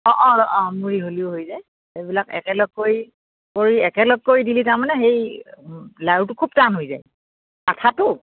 অঁ অঁ অঁ মুৰি হ'লিও হৈ যায় এইবিলাক একেলগ কৰি কৰি একেলগ কৰি দিলি তাৰমানে সেই লাৰুটো খুউব টান হৈ যায় আঠাটো